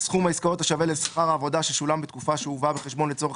סכום העסקאות השווה לשכר העבודה ששולם בתקופה שהובאה בחשבון לצורך